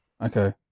okay